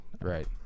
Right